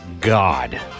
God